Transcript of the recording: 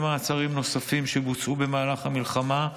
מעצרים נוספים שבוצעו במהלך המלחמה,